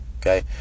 okay